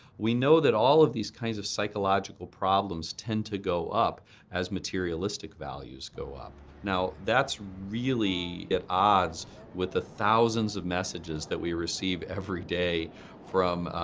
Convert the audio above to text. we know that all of these kinds of psychological problems tend to go up as materialistic values go up. now, that's really at odds with the thousands of messages that we receive every day from,